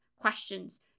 questions